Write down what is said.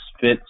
fits